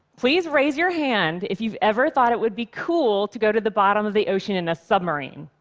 please raise your hand if you've ever thought it would be cool to go to the bottom of the ocean in a submarine?